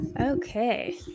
Okay